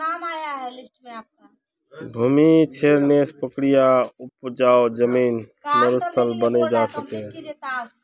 भूमि क्षरनेर प्रक्रियात उपजाऊ जमीन मरुस्थल बने जा छे